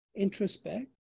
introspect